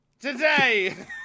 today